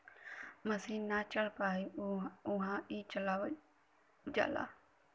मसीन ना चल पाई उहा ई चलावल जाला